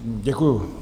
Děkuju.